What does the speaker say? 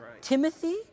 Timothy